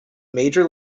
major